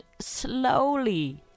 slowly